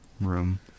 room